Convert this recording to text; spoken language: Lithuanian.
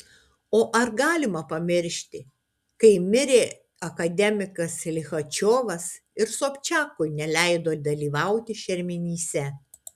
o ar galima pamiršti kai mirė akademikas lichačiovas ir sobčiakui neleido dalyvauti šermenyse